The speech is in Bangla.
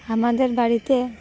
আমাদের বাড়িতে